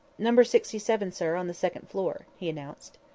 number sixty-seven, sir, on the second floor, he announced.